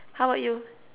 how about you